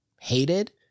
hated